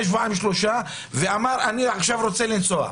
שבועיים-שלושה ואמר שהוא עכשיו רוצה לנסוע.